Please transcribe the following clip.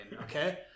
Okay